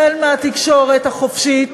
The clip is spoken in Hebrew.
החל מהתקשורת החופשית,